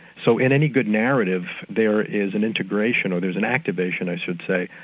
so in any good narrative there is an integration or there's an activation, i should say,